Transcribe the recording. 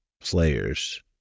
players